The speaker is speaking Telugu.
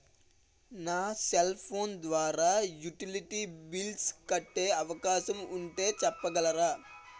నా సెల్ ఫోన్ ద్వారా యుటిలిటీ బిల్ల్స్ కట్టే అవకాశం ఉంటే చెప్పగలరా?